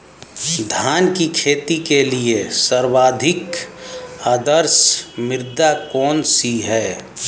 धान की खेती के लिए सर्वाधिक आदर्श मृदा कौन सी है?